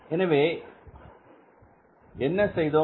எனவே என்ன செய்தோம்